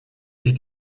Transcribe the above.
sich